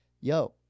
yo